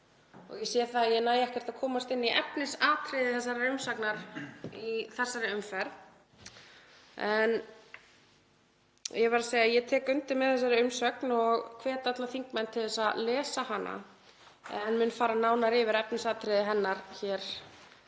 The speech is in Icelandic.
Ég sé að ég næ ekki að komast inn í efnisatriði þessarar umsagnar í þessari umferð en ég verð að segja að ég tek undir með þeirri umsögn og hvet alla þingmenn til að lesa hana en mun fara nánar yfir efnisatriði hennar hér